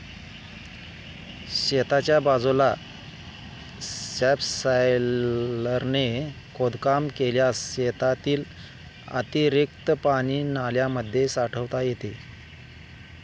शेताच्या बाजूला सबसॉयलरने खोदकाम केल्यास शेतातील अतिरिक्त पाणी नाल्यांमध्ये साठवता येते